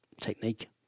technique